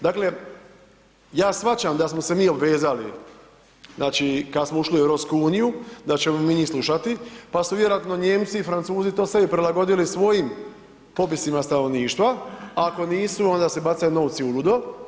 Dakle, ja shvaćam da smo se mi obvezali, znači kada smo ušli u EU da ćemo mi njih slušati pa su vjerojatno Nijemci i Francuzi to sebi prilagodili svojim popisima stanovništva a ako nisu onda se bacaju novci uludo.